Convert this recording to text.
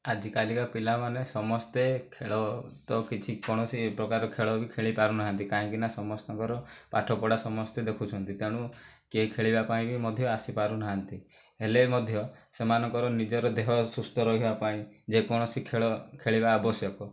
ଆଜିକାଲିକା ପିଲାମାନେ ସମସ୍ତେ ଖେଳ ତ କିଛି କୌଣସି ପ୍ରକାର ଖେଳ ବି ଖେଳିପାରୁନାହାନ୍ତି କାହିଁକିନା ସମସ୍ତଙ୍କର ପାଠପଢ଼ା ସମସ୍ତେ ଦେଖୁଛନ୍ତି ତେଣୁ କିଏ ଖେଳିବା ପାଇଁ ବି ମଧ୍ୟ ଆସିପାରୁନାହାନ୍ତି ହେଲେ ମଧ୍ୟ ସେମାନଙ୍କ ନିଜର ଦେହ ସୁସ୍ଥ ରହିବା ପାଇଁ ଯେକୌଣସି ଖେଳ ଖେଳିବା ଆବଶ୍ୟକ